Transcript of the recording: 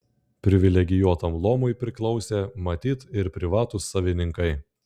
privilegijuotam luomui priklausė matyt ir privatūs savininkai